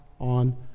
on